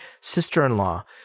sister-in-law